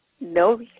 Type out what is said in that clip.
no